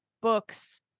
books